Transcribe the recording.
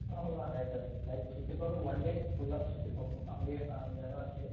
அவ்வளோ தான் night night சுற்றி பார்க்க ஒன் டே ஃபுல்லாக சுற்றி பார்க்கணும் அங்கேயே அங்கே தான் ஸ்டே